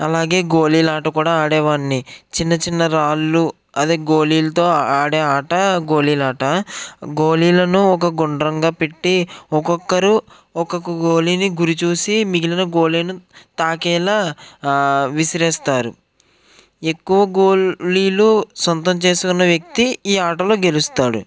అలాగే గోళీలాట కూడా ఆడేవాడ్ని చిన్నచిన్న రాళ్ళు అదే గోళీలతో ఆడే ఆట గోళీలాట గోళీలను ఒక గుండ్రంగా పెట్టి ఒక్కొక్కరు ఒక్కొక్క గోళీని గురి చూసి మిగిలిన గోళీను తాకేలా విసిరేస్తారు ఎక్కువ గోళీలు సొంతం చేసుకున్న వ్యక్తి ఈ ఆటలో గెలుస్తాడు